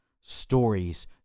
stories